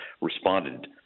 responded